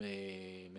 הביוב ומט"שים.